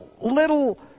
little